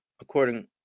according